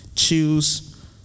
Choose